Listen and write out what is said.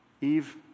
Eve